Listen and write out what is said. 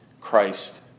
Christ